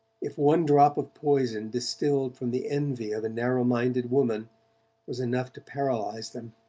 if one drop of poison distilled from the envy of a narrow-minded woman was enough to paralyze them?